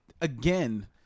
again